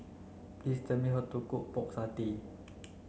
tell me how to cook pork satay